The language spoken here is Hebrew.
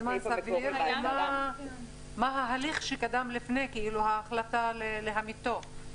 סביר, מה ההליך שקדם להחלטה להמיתו?